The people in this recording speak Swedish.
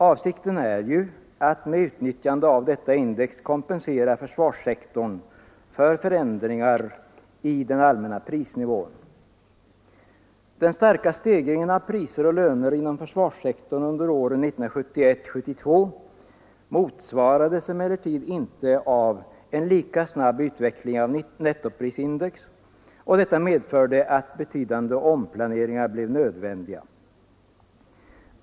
Avsikten är att med utnyttjande av detta index kompensera försvarssektorn för förändringar i den allmänna prisnivån. Den starka stegringen av priser och löner inom försvarssektorn under åren 1971 och 1972 motsvarades emellertid inte av en lika snabb utveckling av nettoprisindex, vilket medförde att betydande omplaneringar blev nödvändiga.